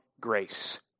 grace